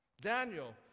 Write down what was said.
Daniel